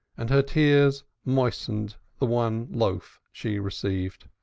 and her tears moistened the one loaf she received.